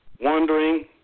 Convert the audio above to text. wondering